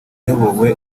iyobowe